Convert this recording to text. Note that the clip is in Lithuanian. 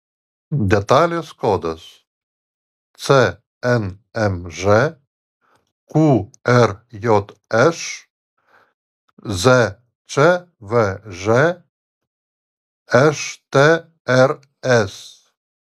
detalės kodas cnmž qrjš zčvž štrs